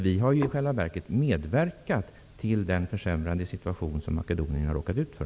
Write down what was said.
Vi har i själva verket medverkat till den försämrade situation som Makedonien har råkat ut för.